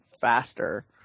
faster